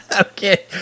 Okay